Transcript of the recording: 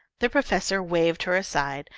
the professor waved her aside,